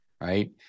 right